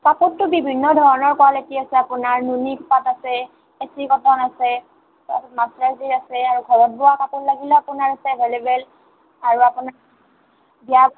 কাপোৰটো বিভিন্ন ধৰণৰ কোৱালিটি আছে আপোনাৰ নুনিপাট আছে এ চি কটন আছে তাৰপাছত মাজ চাইজৰ আছে আৰু ঘৰত বোৱা কাপোৰ লাগিলে আপোনাৰ আছে এভেইলেবল আৰু আপোনাৰ ব্লাউজৰ